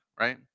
right